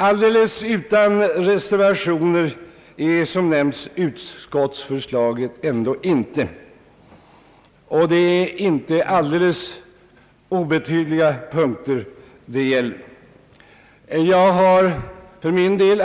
Alldeles utan reservationer är som nämnts utskottsförslaget ändå inte, och det är inte alldeles obetydliga punkter det gäller. Jag har